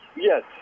Yes